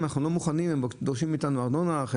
הן רוצות ארנונה.